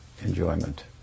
enjoyment